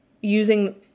using